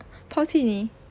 抛弃你